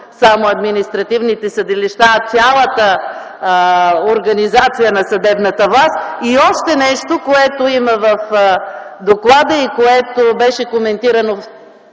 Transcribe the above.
само административните съдилища, а цялата организация на съдебната власт. Още нещо, което има в доклада и което беше коментирано в